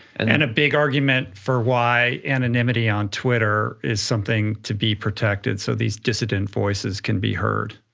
and and a big argument for why anonymity on twitter is something to be protected, so these dissident voices can be heard.